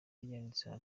yanditseho